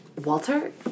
Walter